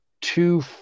two